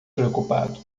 preocupado